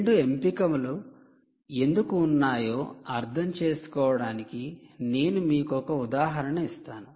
రెండు ఎంపికలు ఎందుకు ఉన్నాయో అర్థం చేసుకోవడానికి నేను మీకు ఒక ఉదాహరణ ఇస్తాను